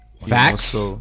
Facts